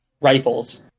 rifles